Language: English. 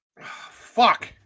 Fuck